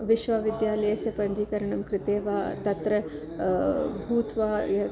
विश्वविद्यालयस्य पञ्जीकरणं कृते वा तत्र भूत्वा यः